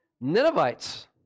Ninevites